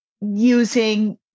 using